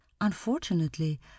unfortunately